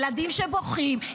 ילדים שבוכים.